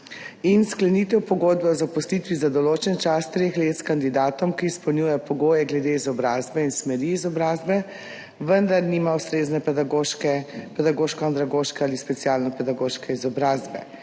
In sklenitev pogodbe o zaposlitvi za določen čas treh let s kandidatom, ki izpolnjuje pogoje glede izobrazbe in smeri izobrazbe, vendar nima ustrezne pedagoško andragoške ali specialno pedagoške izobrazbe.